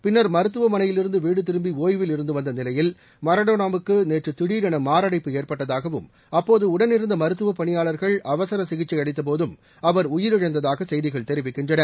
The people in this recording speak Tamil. பின்னா் மருத்துவமனையிலிருந்து வீடு திரும்பி ஒயவில் இருந்து வந்த நிலையில் மரடோனோவுக்கு நேற்று திடரென மாரடைப்பு ஏற்பட்டதாகவும் அப்போது உடனிருந்த மருத்துவ பணியாளர்கள் அவசர சிகிச்சை அளித்த போதும் அவர் உயிரிழந்ததாக செய்திகள் தெரிவிக்கின்றன